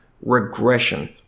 regression